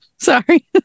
Sorry